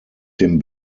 dem